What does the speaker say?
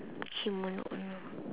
kimono mm